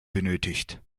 benötigt